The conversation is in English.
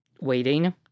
waiting